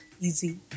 easy